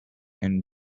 and